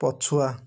ପଛୁଆ